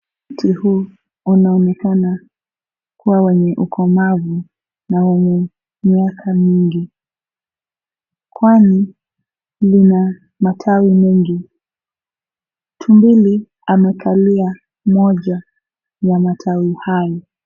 Mti huu unaonekana kwamba ni mkomavu na una miaka mingi kwani lina matawi mengi, tumbiri amekalia moja ya matawi hayo.